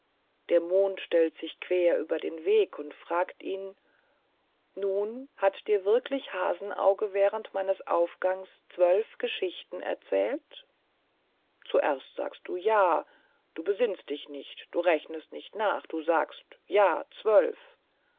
der mond stellt sich quer über den weg und fragt ihn nun hat dir wirklich hasenauge während meines aufgangs zwölf geschichten erzählt zuerst sagst du ja du besinnst dich nicht rechnest nicht nach und sagst ja zwölf